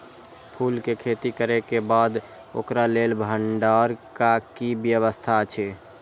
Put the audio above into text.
फूल के खेती करे के बाद ओकरा लेल भण्डार क कि व्यवस्था अछि?